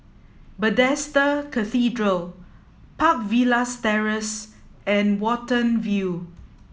Bethesda Cathedral Park Villas Terrace and Watten View